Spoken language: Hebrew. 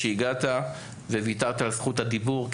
על כך שהגעת וויתרת על זכות הדיבור.